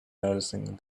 noticing